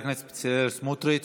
חבר הכנסת בצלאל סמוטריץ'